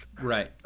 Right